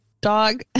dog